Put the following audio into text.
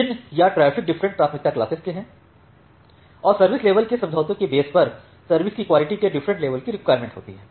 चिह्न या traffic different प्राथमिकता क्लासेस के हैं और सर्विस लेवल के समझौतों के बेस पर सर्विस की क्वालिटी के डिफरेंट लेवल की रिक्वायरमेंट होती है